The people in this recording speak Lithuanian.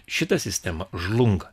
šita sistema žlunga